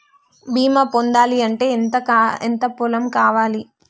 బీమా పొందాలి అంటే ఎంత పొలం కావాలి?